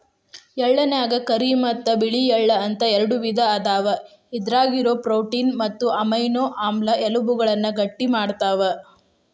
ಎಳ್ಳನ್ಯಾಗ ಕರಿ ಮತ್ತ್ ಬಿಳಿ ಎಳ್ಳ ಅಂತ ಎರಡು ವಿಧ ಅದಾವ, ಇದ್ರಾಗಿರೋ ಪ್ರೋಟೇನ್ ಮತ್ತು ಅಮೈನೋ ಆಮ್ಲ ಎಲಬುಗಳನ್ನ ಗಟ್ಟಿಮಾಡ್ತಾವ